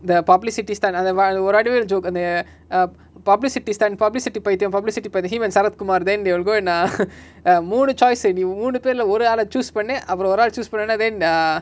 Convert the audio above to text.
the publicity stunt அந்த:antha va~ ஒரு:oru vadivel joke அந்த:antha ap~ publicity stunt publicity பைத்தியோ:paithiyo publicity பைத்தியோ:paithiyo he man sarathkumar then they will go and ah மூனு:moonu choice ah நீ மூனு பேருல ஒராள:nee moonu perula orala choose பன்னு அப்ரோ ஒராள்:pannu apro oral choose பன்னோனே:pannone then err